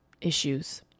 issues